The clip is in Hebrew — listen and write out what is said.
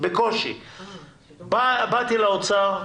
באתי לאוצר,